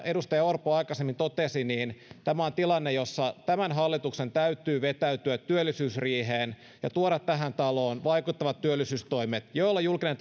edustaja orpo aikaisemmin totesi niin tämä on tilanne jossa tämän hallituksen täytyy vetäytyä työllisyysriiheen ja tuoda tähän taloon vaikuttavat työllisyystoimet joilla julkinen